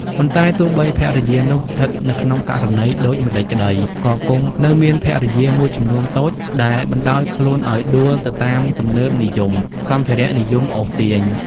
ប៉ុន្តែទោះបីភរិយានោះស្ថិតនៅក្នុងករណីដូចម្ដេចក្ដី ក៏គង់នៅមានភរិយាមួយចំនួនតូចដែលបណ្ដោយខ្លួនឲ្យដួលទៅតាមទំនើបនិយម សម្ភារៈនិយមអូសទាញ ។